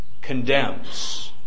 condemns